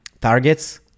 targets